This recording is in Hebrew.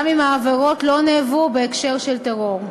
גם אם העבירות לא נעברו בהקשר של טרור.